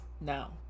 now